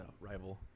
rival